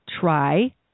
try